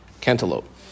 cantaloupe